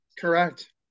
correct